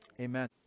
Amen